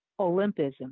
Olympism